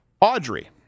Audrey